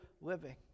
living